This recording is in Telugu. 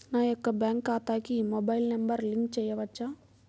నా యొక్క బ్యాంక్ ఖాతాకి మొబైల్ నంబర్ లింక్ చేయవచ్చా?